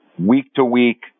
week-to-week